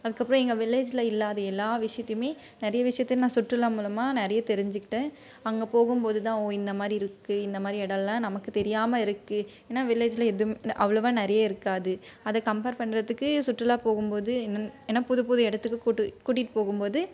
அதுக்கப்புறம் எங்கள் வில்லேஜ்ஜில் இல்லாத எல்லா விஷயத்தியுமே நிறைய விஷயத்த நான் சுற்றுலா மூலமாக நிறைய தெரிஞ்சுகிட்டேன் அங்கே போகும்போது தான் ஓ இந்த மாதிரி இருக்குது இந்த மாதிரி இடலாம் நமக்கு தெரியாமல் இருக்குது ஏன்னால் வில்லேஜ்ஜில் எதுவும் ந அவ்வளோவா நிறைய இருக்காது அதை கம்பேர் பண்ணுறத்துக்கு சுற்றுலா போகும்போது என்னென்ன ஏன்னால் புது புது இடத்துக்கு கூட்டு கூட்டிகிட்டு போகும்போது